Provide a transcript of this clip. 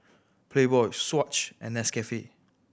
Playboy Swatch and Nescafe